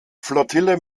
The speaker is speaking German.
flottille